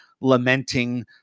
lamenting